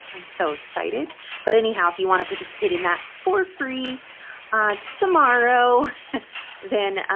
i'm so excited but anyhow, if you want to participate in that for free tomorrow then